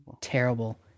Terrible